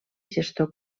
gestor